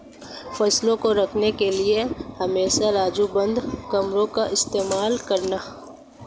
फसलों को रखने के लिए हमेशा राजू बंद कमरों का उपयोग करना